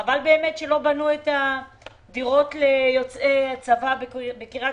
באמת חבל שלא בנו את הדירות ליוצאי צבא בקריית